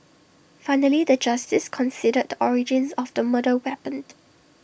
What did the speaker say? finally the justice considered the origins of the murder weapon